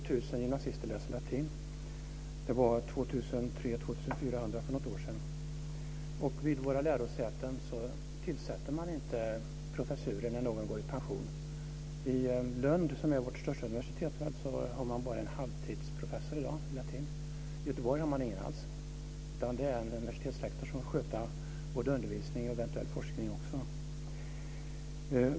För något år sedan var det mellan 2 300 och Vid våra lärosäten tillsätter man inte professurer när någon går i pension. I Lund, som är vårt största universitet, har man i dag bara en halvtidsprofessor i latin. I Göteborg har man ingen alls. Det är en universitetslektor som får sköta både undervisning och eventuell forskning.